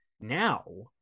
now